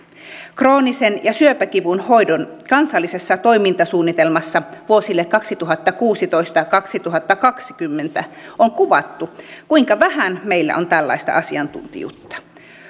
kroonisen ja syöpäkivun hoidon kansallisessa toimintasuunnitelmassa vuosille kaksituhattakuusitoista viiva kaksituhattakaksikymmentä on kuvattu kuinka vähän meillä on tällaista asiantuntijuutta